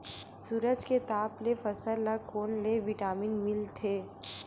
सूरज के ताप ले फसल ल कोन ले विटामिन मिल थे?